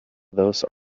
those